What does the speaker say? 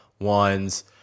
ones